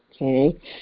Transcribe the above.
okay